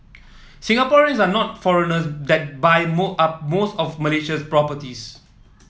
Singaporeans are not foreigners that buy more up most of Malaysia's properties